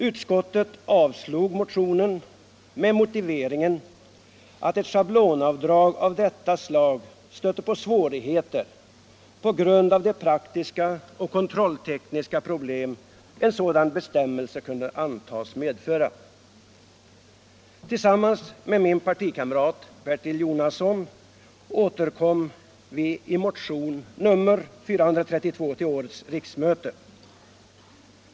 Utskottet avstyrkte motionen med motiveringen att schablonavdrag av detta slag stötte på svårigheter på grund av de praktiska och kontrolltekniska problem som en sådan bestämmelse kunde antas medföra. Tillsammans med min partikamrat Bertil Jonasson återkom jag i mo Nr 88 tionen 432 till årets riksmöte.